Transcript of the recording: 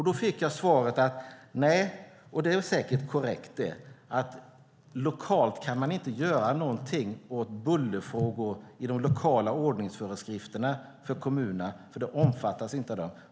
Då fick jag svaret - och det är säkert korrekt - att man lokalt, i de lokala ordningsföreskrifterna för kommunerna, inte kan göra någonting åt bullerfrågor, för de omfattas inte av dem.